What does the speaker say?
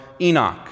Enoch